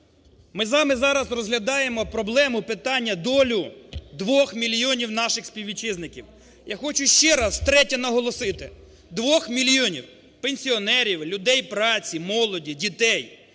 Ми зараз з вами розглядаємо проблему питання, долю двох мільйонів наших співвітчизників. Я хочу ще раз втретє наголосити, двох мільйонів пенсіонерів, людей праці, молоді, дітей,